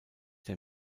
der